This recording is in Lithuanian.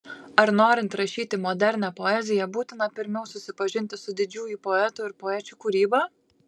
ar norint rašyti modernią poeziją būtina pirmiau susipažinti su didžiųjų poetų ir poečių kūryba